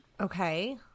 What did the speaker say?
Okay